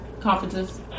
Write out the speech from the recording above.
conferences